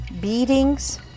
beatings